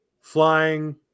flying